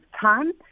time